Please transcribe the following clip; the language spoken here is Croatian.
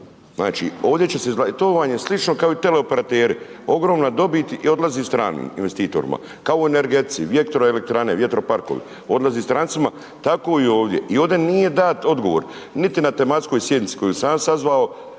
Znači, ovdje će se, to vam se slično kao i teleoperateri. Ogromna dobit odlazi stranim investitorima. Kao i u energetici. Vjetroelektrane, vjetroparkovi, odlazi strancima, tako i ovdje. I ovdje nije dat odgovor, niti na tematskoj sjednici koju sam ja sazvao